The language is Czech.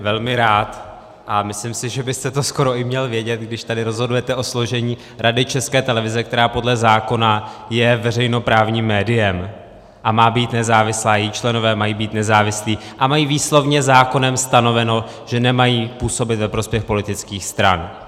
Tak to vám vysvětlím velmi rád a myslím si, že byste to skoro i měl vědět, když tady rozhodujete o složení Rady České televize, která podle zákona je veřejnoprávním médiem a má být nezávislá, její členové mají být nezávislí a mají výslovně zákonem stanoveno, že nemají působit ve prospěch politických stran.